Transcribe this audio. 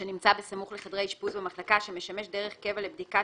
שנמצא בסמוך לחדרי אישפוז במחלקה שמשמש דרך קבע לבדיקת